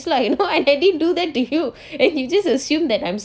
it's like you know I didn't do that to you and you just assume that I'm